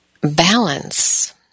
balance